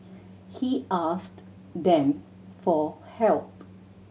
he them for help